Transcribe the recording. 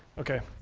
ok,